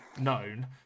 known